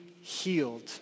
healed